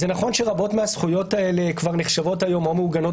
נכון שרבות מהזכויות האלה נחשבות או מעוגנות